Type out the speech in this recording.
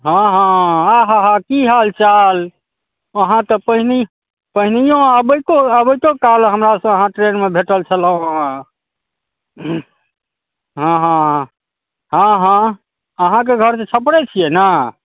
हँ हँ आहाहा की हाल चाल अहाँ तऽ पैहिनेहियो अबैतो अबैतो काल हमरा सँ अहाँ ट्रैन मे भेटल छलहुॅं हँ हँ हँ हँ हँ अहाँ के घर तऽ छपरे छियै ने